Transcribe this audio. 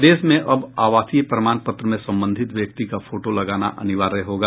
प्रदेश में अब आवासीय प्रमाण पत्र में संबंधित व्यक्ति का फोटो लगाना अनिवार्य होगा